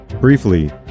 Briefly